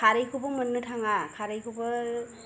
खारैखौबो मोननो थाङा खारैखौबो